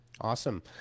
Awesome